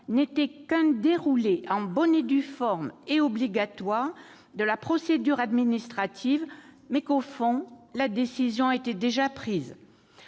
n'était qu'un déroulé en bonne et due forme et obligatoire de la procédure administrative, mais qu'au fond, la décision était déjà prise.